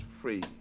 free